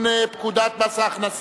סליחה, ועדת חוקה.